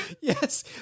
Yes